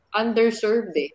underserved